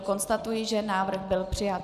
Konstatuji, že návrh byl přijat.